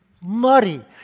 muddy